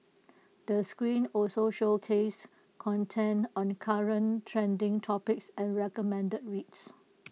the screen also showcases content on current trending topics and recommended reads